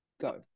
Go